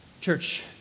Church